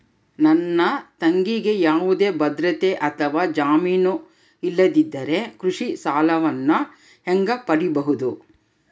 ನನ್ನ ತಂಗಿಗೆ ಯಾವುದೇ ಭದ್ರತೆ ಅಥವಾ ಜಾಮೇನು ಇಲ್ಲದಿದ್ದರೆ ಕೃಷಿ ಸಾಲವನ್ನು ಹೆಂಗ ಪಡಿಬಹುದು?